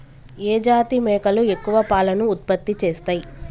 ఏ జాతి మేకలు ఎక్కువ పాలను ఉత్పత్తి చేస్తయ్?